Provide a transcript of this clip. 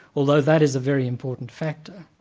although that is a very important factor.